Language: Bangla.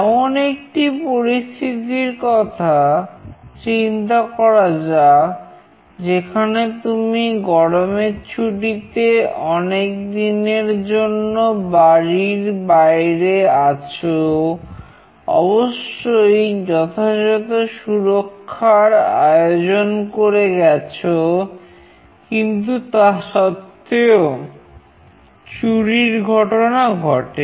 এমন একটি পরিস্থিতি র কথা চিন্তা করা যাক যেখানে তুমি গরমের ছুটিতে অনেক দিনের জন্য বাড়ির বাইরে আছো অবশ্যই যথাযথ সুরক্ষার আয়োজন করে গেছো কিন্তু তা সত্ত্বেও চুরির ঘটনা ঘটে